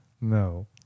no